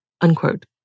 Unquote